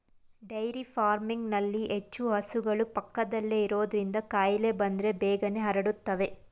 dairy ಫಾರ್ಮಿಂಗ್ನಲ್ಲಿ ಹೆಚ್ಚು ಹಸುಗಳು ಪಕ್ಕದಲ್ಲೇ ಇರೋದ್ರಿಂದ ಕಾಯಿಲೆ ಬಂದ್ರೆ ಬೇಗನೆ ಹರಡುತ್ತವೆ